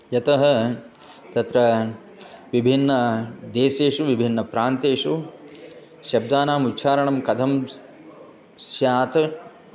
यतः तत्र विभिन्नदेशेषु विभिन्नप्रान्तेषु शब्दानां उच्छारणं कथं स्यात्